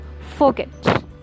forget